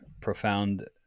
profound